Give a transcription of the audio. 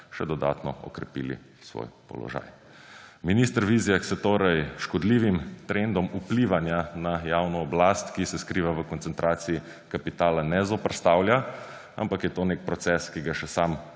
še dodatno okrepili svoj položaj. Minister Vizjak se torej škodljivim trendom vplivanja na javno oblast, ki se skriva v koncentraciji kapitala, ne zoperstavlja, ampak je to nek proces, ki ga še sam